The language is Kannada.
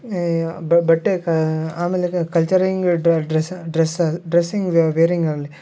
ಬಟ್ಟೆ ಕಾ ಆಮೇಲೆ ಕಲ್ಚರಿಂಗ್ ಡ್ರೆಸ್ಸ ಡ್ರೆಸ್ಸ ಡ್ರೆಸ್ಸಿಂಗ್ ವೇರಿಂಗಲ್ಲಿ